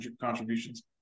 contributions